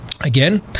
Again